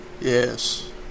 Yes